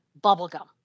bubblegum